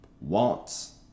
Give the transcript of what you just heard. wants